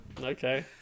Okay